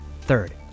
third